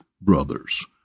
brothers